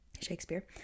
shakespeare